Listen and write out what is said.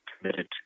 committed